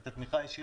ואת התמיכה הישירה,